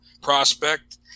prospect